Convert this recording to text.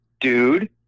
dude